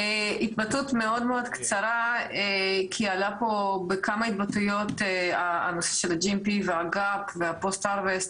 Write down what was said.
התבטאות מאוד קצרה כי אנחנו בכמה התבטאויות בנושא GMP והפוסט הרווסט,